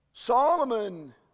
Solomon